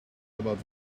about